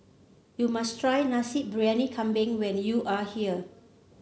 you must try Nasi Briyani Kambing when you are here